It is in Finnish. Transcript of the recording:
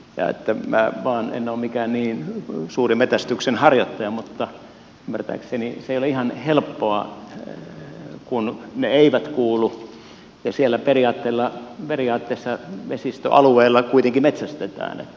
minä vain en ole mikään niin suuri metsästyksen harjoittaja mutta ymmärtääkseni se ei ole ihan helppoa kun ne eivät kuulu ja siellä periaatteessa vesistöalueella kuitenkin metsästetään